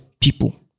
people